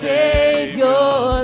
Savior